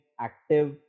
active